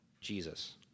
Jesus